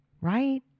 right